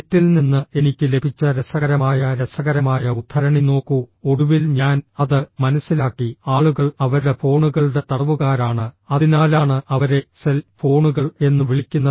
നെറ്റിൽ നിന്ന് എനിക്ക് ലഭിച്ച രസകരമായ രസകരമായ ഉദ്ധരണി നോക്കൂ ഒടുവിൽ ഞാൻ അത് മനസ്സിലാക്കി ആളുകൾ അവരുടെ ഫോണുകളുടെ തടവുകാരാണ് അതിനാലാണ് അവരെ സെൽ ഫോണുകൾ എന്ന് വിളിക്കുന്നത്